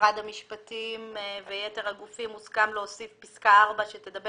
משרד המשפטים ויתר הגופים הוסכם להוסיף פסקה (4) שתדבר